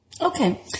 okay